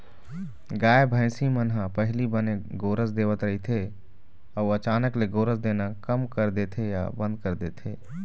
गाय, भइसी मन ह पहिली बने गोरस देवत रहिथे अउ अचानक ले गोरस देना कम कर देथे या बंद कर देथे